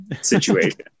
situation